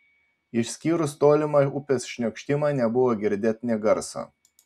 išskyrus tolimą upės šniokštimą nebuvo girdėt nė garso